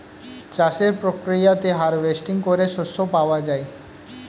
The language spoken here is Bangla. চাষের প্রক্রিয়াতে হার্ভেস্টিং করে শস্য পাওয়া যায়